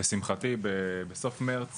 לשמחתי בסוף מרץ